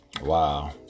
Wow